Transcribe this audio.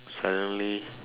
suddenly